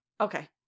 Okay